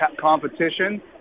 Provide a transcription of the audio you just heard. competition